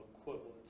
equivalent